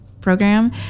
program